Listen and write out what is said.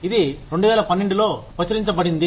ఇది 2012లో ప్రచురించబడింది